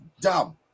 dumb